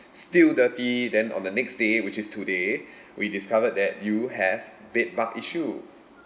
still dirty then on the next day which is today we discovered that you have bed bug issue